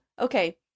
okay